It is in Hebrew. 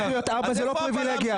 אז איפה הבלם?